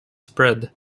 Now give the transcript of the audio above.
spread